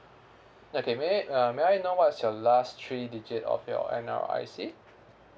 okay may I uh may I know what's your last three digit of your N_R_I_C